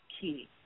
key